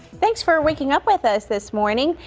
thanks for waking up with us this morning.